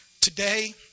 Today